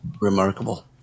remarkable